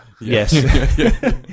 Yes